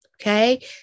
Okay